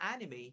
anime